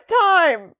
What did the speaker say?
time